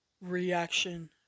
reaction